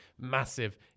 massive